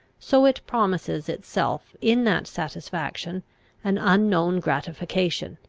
so it promises itself in that satisfaction an unknown gratification,